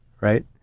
right